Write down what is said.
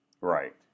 Right